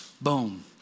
boom